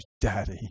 daddy